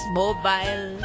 mobile